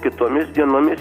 kitomis dienomis